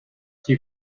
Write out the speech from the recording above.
she